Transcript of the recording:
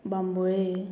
Bambolim